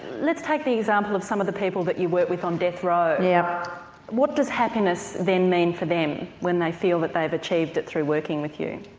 let's take the example of some of the people that you work with on death row, yeah what does happiness then mean for them when they feel they've achieved it through working with you?